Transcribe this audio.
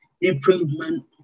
Improvement